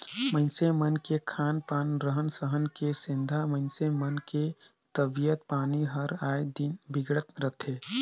मइनसे मन के खान पान, रहन सहन के सेंधा मइनसे मन के तबियत पानी हर आय दिन बिगड़त रथे